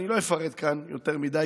אני לא אפרט כאן יותר מדי,